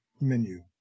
menu